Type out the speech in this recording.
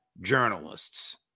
journalists